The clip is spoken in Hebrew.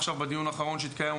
בדיון האחרון שהתקיים,